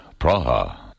Praha